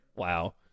Wow